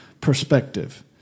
perspective